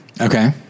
Okay